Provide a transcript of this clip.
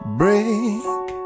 break